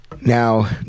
Now